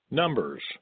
Numbers